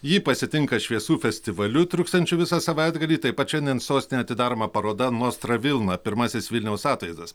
jį pasitinka šviesų festivaliu truksiančiu visą savaitgalį taip pat šiandien sostinėje atidaroma paroda nostra vilna pirmasis vilniaus atvaizdas